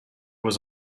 was